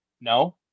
No